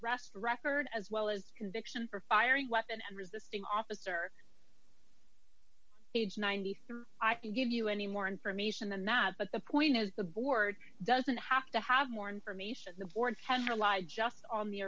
arrest record as well as conviction for firing a weapon and resisting officer page ninety three i can give you any more information than that but the point is the board doesn't have to have more information the board has relied just on the